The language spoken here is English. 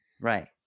Right